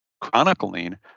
chronicling